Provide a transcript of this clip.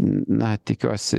na tikiuosi